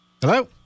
Hello